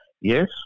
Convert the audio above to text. Yes